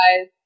guys